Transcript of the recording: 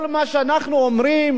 כל מה שאנחנו אומרים